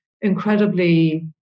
incredibly